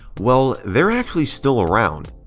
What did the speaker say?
well, they're actually still around.